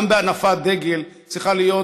גם בהנפת דגל צריכה להיות